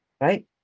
right